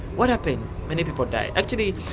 what happened? many people died. actually,